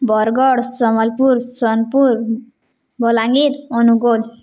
Bargarh Sambalpur Sonepur Balangir Angul